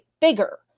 bigger